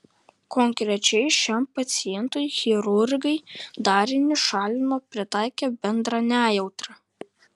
konkrečiai šiam pacientui chirurgai darinį šalino pritaikę bendrą nejautrą